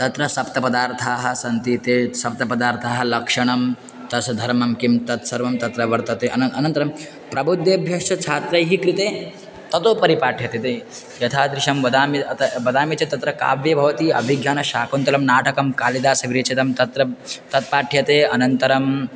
तत्र सप्तपदार्थाः सन्ति ते सप्तपदार्थाः लक्षणं तस्य धर्मं किं तत्सर्वं तत्र वर्तते अन अनन्तरं प्रबुद्धेभ्यश्च छात्रैः कृते ततोपरि पाठ्यते ते एतादृशं वदामि अत वदामि चेत् तत्र काव्यं भवति अभिज्ञानशाकुन्तलं नाटकं कालिदासविरचितं तत्र तत्पाठ्यते अनन्तरं